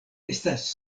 estas